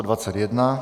21.